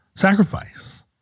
Sacrifice